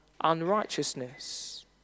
unrighteousness